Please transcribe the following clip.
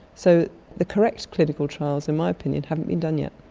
so the correct clinical trials in my opinion haven't been done yet.